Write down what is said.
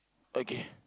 okay